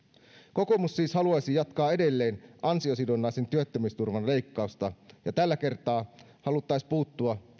kokoomus siis haluaisi jatkaa edelleen ansiosidonnaisen työttömyysturvan leikkausta ja tällä kertaa haluttaisiin puuttua